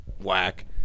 Whack